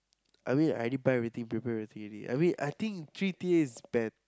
I mean I already plan everything prepare everything already I mean I think g_t_a is banned